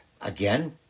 again